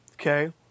Okay